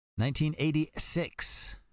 1986